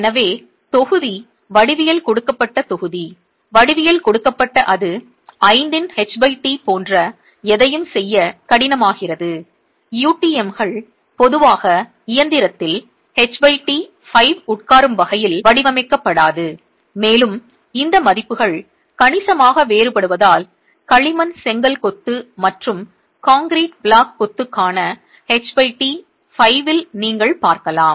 எனவே தொகுதி வடிவியல் கொடுக்கப்பட்ட தொகுதி வடிவியல் கொடுக்கப்பட்ட அது 5 இன் ht போன்ற எதையும் செய்ய கடினமாகிறது UTMகள் பொதுவாக இயந்திரத்தில் ht 5 உட்காரும் வகையில் வடிவமைக்கப்படாது மேலும் இந்த மதிப்புகள் கணிசமாக வேறுபடுவதால் களிமண் செங்கல் கொத்து மற்றும் கான்கிரீட் பிளாக் கொத்துக்கான ht 5 இல் நீங்கள் பார்க்கலாம்